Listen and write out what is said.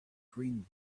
green